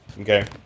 okay